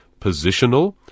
positional